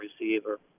receiver